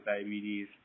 diabetes